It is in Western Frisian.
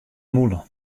mûle